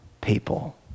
people